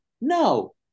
No